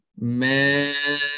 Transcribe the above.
man